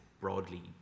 broadly